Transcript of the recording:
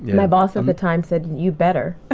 my boss at the time said you better